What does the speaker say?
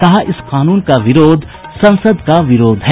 कहा इस कानून का विरोध संसद का विरोध है